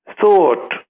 thought